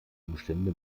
umstände